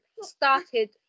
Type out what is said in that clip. started